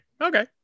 okay